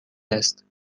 است